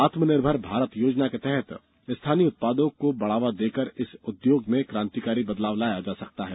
आत्मनिर्मर भारत योजना के तहत स्थानीय उत्पादों को बढ़ावा देकर इस उद्योग में कांतिकारी बदलाव लाया जा सकता है